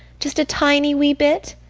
just a tiny wee bit!